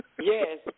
Yes